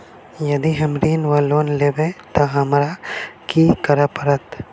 यदि हम ऋण वा लोन लेबै तऽ हमरा की करऽ पड़त?